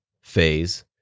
phase